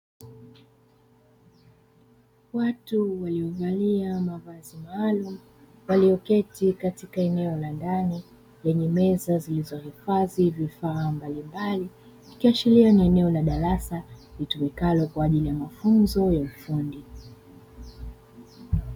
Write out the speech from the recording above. Watu waliovalia mavazi maalumu, walioketi katika eneo la ndani lenye meza zilizohifadhi vifaa mbalimbali. Ikiashiria ni eneo la darasa litumikalo kwa ajili ya mafunzo ya ufundi.